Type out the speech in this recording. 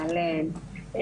אהלן,